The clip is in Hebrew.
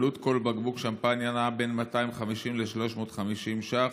עלות כל בקבוק שמפניה נע בין 250 ל-350 ש"ח,